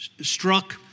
Struck